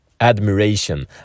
admiration